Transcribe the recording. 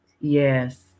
Yes